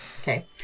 Okay